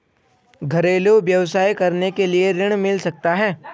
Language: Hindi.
घरेलू व्यवसाय करने के लिए ऋण मिल सकता है?